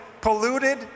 polluted